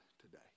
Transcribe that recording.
today